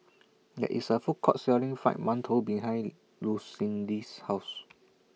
There IS A Food Court Selling Fried mantou behind Lucindy's House